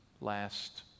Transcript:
last